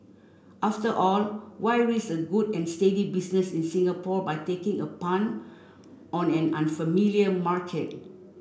after all why risk a good and steady business in Singapore by taking a punt on an unfamiliar market